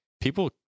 people